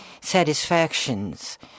satisfactions